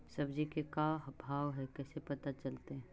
सब्जी के का भाव है कैसे पता चलतै?